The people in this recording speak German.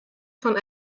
von